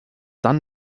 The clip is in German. dann